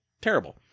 terrible